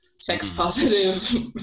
sex-positive